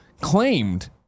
claimed